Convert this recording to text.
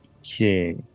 Okay